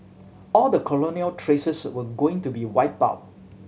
all the colonial traces were going to be wiped out